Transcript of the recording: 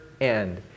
end